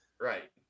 Right